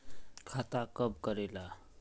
खाता कब करेला?